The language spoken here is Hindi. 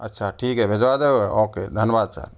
अच्छा ठीक है भिजवा दो ओके धन्वाद सर